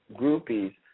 groupies